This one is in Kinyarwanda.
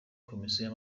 komisiyo